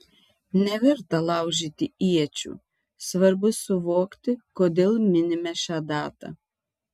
neverta laužyti iečių svarbu suvokti kodėl minime šią datą